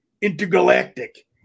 intergalactic